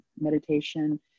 meditation